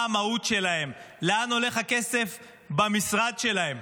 מה המהות שלהם, לאן הולך הכסף במשרד שלהם,